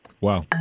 Wow